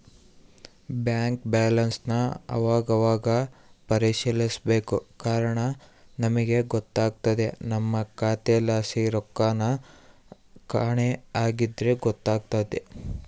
bank ಬ್ಯಾಲನ್ಸನ್ ಅವಾಗವಾಗ ಪರಿಶೀಲಿಸ್ಬೇಕು ಕಾರಣ ನಮಿಗ್ ಗೊತ್ತಾಗ್ದೆ ನಮ್ಮ ಖಾತೆಲಾಸಿ ರೊಕ್ಕೆನನ ಕಾಣೆ ಆಗಿದ್ರ ಗೊತ್ತಾತೆತೆ